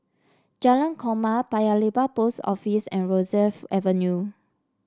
Jalan Korma Paya Lebar Post Office and Rosyth Avenue